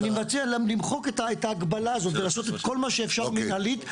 אני מציע למחוק את ההגבלה הזאת ולעשות את כל מה שאפשר מינהלית.